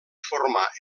formar